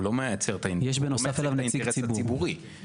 הוא לא מייצג את האינטרס ציבורי.